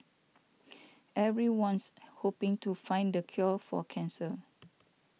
everyone's hoping to find the cure for cancer